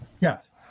yes